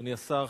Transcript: אדוני השר,